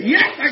Yes